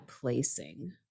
placing